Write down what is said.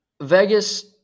Vegas